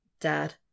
Dad